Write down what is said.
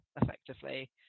effectively